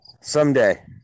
Someday